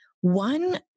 one